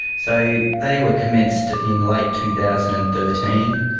so they were commenced in late two thousand and thirteen.